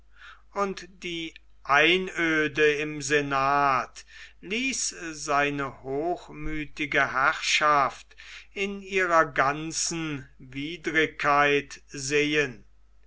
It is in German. und die einöde im senat ließ seine hochmüthige herrschaft in ihrer ganzen widrigkeit sehen